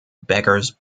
beggars